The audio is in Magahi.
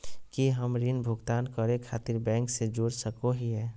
की हम ऋण भुगतान करे खातिर बैंक से जोड़ सको हियै?